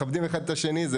מכבדים אחד את השני.